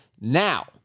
Now